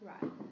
Right